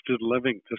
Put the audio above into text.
living